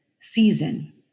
season